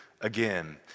again